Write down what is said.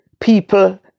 people